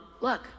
Look